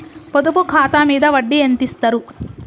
పొదుపు ఖాతా మీద వడ్డీ ఎంతిస్తరు?